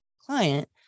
client